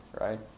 right